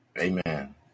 Amen